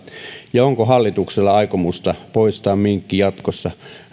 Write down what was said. onko hallituksella aikomusta poistaa minkki jatkossa